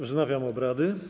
Wznawiam obrady.